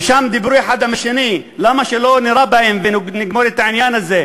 ושם דיברו האחד עם השני: למה שלא נירה בהם ונגמור את העניין הזה.